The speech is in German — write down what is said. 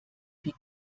wie